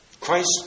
Christ